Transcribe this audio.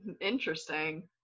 Interesting